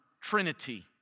Trinity